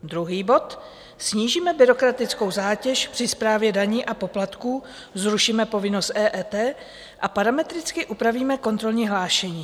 Druhý bod snížíme byrokratickou zátěž při správě daní a poplatků, zrušíme povinnost EET a parametricky upravíme kontrolní hlášení.